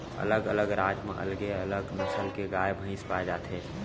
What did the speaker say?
अलग अलग राज म अलगे अलग नसल के गाय भईंस पाए जाथे